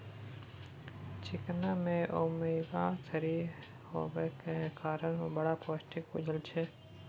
चिकना मे omega three हेबाक कारणेँ बड़ पौष्टिक बुझल जाइ छै